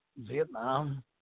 Vietnam